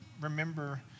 remember